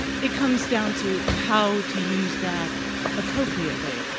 it comes down to how to use that appropriately.